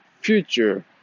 future